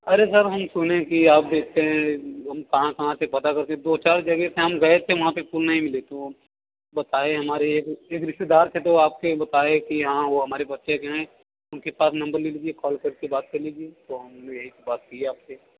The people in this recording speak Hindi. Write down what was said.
अरे सर हम सुने कि आप बेचते हैं हम कहाँ कहाँ से पता करके दो चार जगह से हम गए थे वहाँ पर फूल नहीं मिले तो बताए हमारे एक रिश्तेदार थे तो आपके बताए कि हाँ वह हमारे परिचय के हैं उनके पास नंबर ले लीजिए कॉल करके बात कर लीजिए तो हम भी यही बात किया आप से